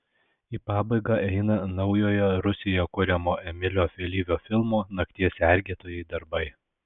į pabaigą eina naujojo rusijoje kuriamo emilio vėlyvio filmo nakties sergėtojai darbai